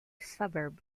suburb